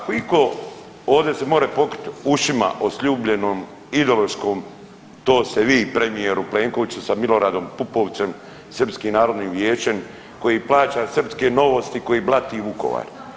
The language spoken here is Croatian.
Ako itko ovdje se može pokriti ušima o sljubljenom ideološkom to ste vi premijeru Plenkoviću sa Miloradom Pupovcem, Srpskim narodnim vijećem koji plaća srpske Novosti koji blati Vukovar.